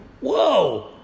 whoa